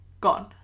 gone